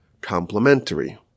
complementary